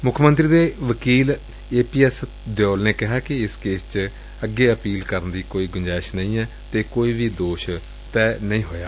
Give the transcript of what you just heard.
ਮੁੱਖ ਮੰਤਰੀ ਦੇ ਵਕੀਲ ਏ ਪੀ ਐਸ ਦਿਉਲ ਨੇ ਕਿਹਾ ਕਿ ਇਸ ਕੇਸ ਵਿਚ ਅੱਗੇ ਅਪੀਲ ਦੀ ਕੋਈ ਗੁੰਜਾਇਸ਼ ਨਹੀਂ ਏ ਅਤੇ ਕੋਈ ਵੀ ਦੋਸ਼ ਤੈਅ ਨਹੀਂ ਹੋਇਆ